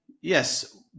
yes